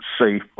safe